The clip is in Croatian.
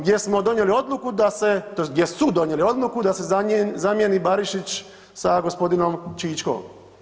gdje smo donijeli odluku da se, tj. gdje su donijeli odluku da se zamijeni Barišić sa g. Čičkom.